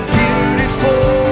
beautiful